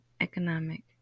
economic